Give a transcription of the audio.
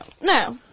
no